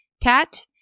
Cat